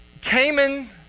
Cayman